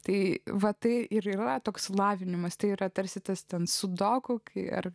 tai va tai ir yra toks lavinimas tai yra tarsi tas ten su doku ir